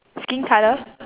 skin colour